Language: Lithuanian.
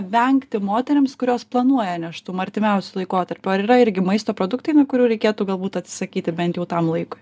vengti moterims kurios planuoja nėštumą artimiausiu laikotarpiu ar yra irgi maisto produktai kurių reikėtų galbūt atsisakyti bent jau tam laikui